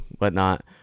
whatnot